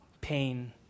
pain